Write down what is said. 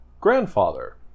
grandfather